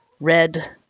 red